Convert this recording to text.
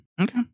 okay